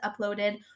uploaded